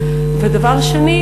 שנית,